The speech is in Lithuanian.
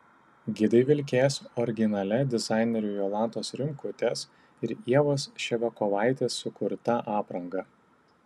gidai vilkės originalia dizainerių jolantos rimkutės ir ievos ševiakovaitės sukurta apranga